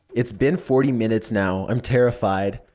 it's been forty minutes now. i'm terrified.